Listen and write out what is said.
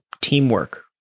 Teamwork